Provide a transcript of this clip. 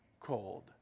cold